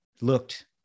looked